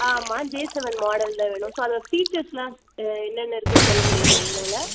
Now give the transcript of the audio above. ஆமாம் J seven மாடலில் வேணும் ஸோ அந்த ஃபீச்சர்ஸெலாம் என்னென்ன இருக்குதுன் சொல்ல முடியுமா உங்களால்